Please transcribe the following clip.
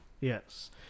Yes